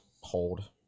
Hold